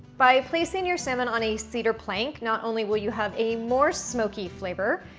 by placing your salmon on a cedar plank not only will you have a more smoky flavor,